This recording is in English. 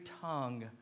tongue